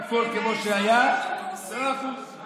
מהאזרחים שקורסים.